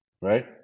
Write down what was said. right